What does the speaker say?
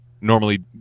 normally